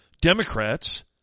Democrats